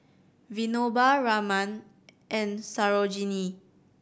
Vinoba Raman and Sarojini